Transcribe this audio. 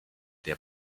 der